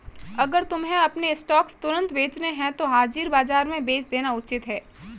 अगर तुम्हें अपने स्टॉक्स तुरंत बेचने हैं तो हाजिर बाजार में बेच देना उचित है